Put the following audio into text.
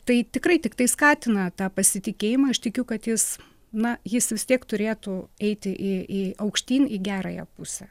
tai tikrai tiktai skatina tą pasitikėjimą aš tikiu kad jis na jis vis tiek turėtų eiti į į aukštyn į gerąją pusę